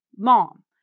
mom